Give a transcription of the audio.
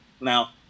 Now